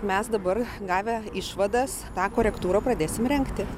mes dabar gavę išvadas tą korektūrą pradėsim rengti